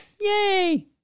Yay